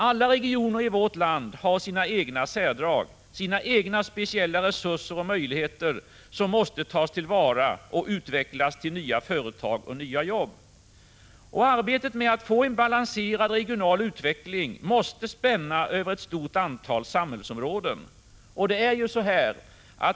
Alla regioner i vårt land har sina egna särdrag, sina egna speciella resurser och möjligheter, som måste tas till vara ock utvecklas till nya företag och nya jobb. Arbetet med att få en balanserad regional utveckling måste spänna över ett stort antal samhällsområden.